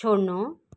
छोड्नु